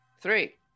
three